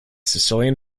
sicilian